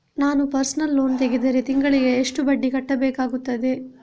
ನಾನು personal loan ತೆಗೆದರೆ ತಿಂಗಳಿಗೆ ಎಷ್ಟು ಬಡ್ಡಿ ಕಟ್ಟಬೇಕಾಗುತ್ತದೆ?